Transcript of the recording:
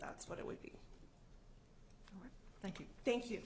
that's what it would be thank you thank